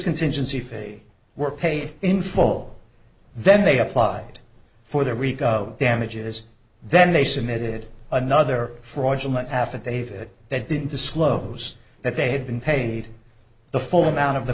contingency fee were paid in full then they applied for the rico damages then they submitted another fraudulent affidavit that didn't disclose that they had been paid the full amount of the